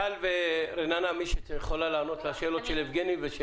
טל ורננה, מי שיכולה לעלות על השאלות של יבגני.